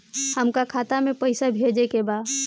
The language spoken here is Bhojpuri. हमका खाता में पइसा भेजे के बा